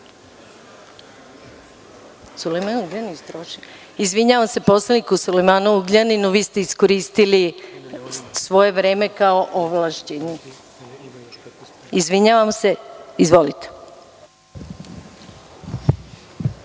ne? Izvinjavam se poslaniku Sulejmanu Ugljaninu, vi ste iskoristili svoje vreme kao ovlašćeni. Izvinjavam se, izvolite.